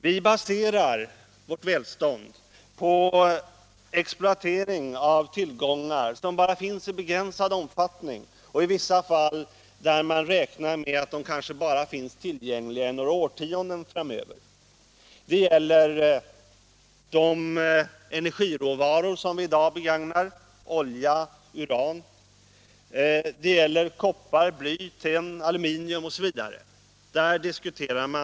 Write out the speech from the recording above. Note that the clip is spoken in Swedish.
Vi baserar vårt välstånd på exploatering av tillgångar, som bara finns i begränsad omfattning. I vissa fall räknar man med att de kanske bara kommer att finnas tillgängliga i några årtionden framöver. Det gäller de energiråvaror som vi i dag begagnar — olja och uran — liksom koppar, bly, tenn, aluminium osv.